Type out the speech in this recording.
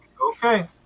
Okay